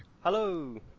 Hello